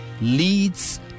leads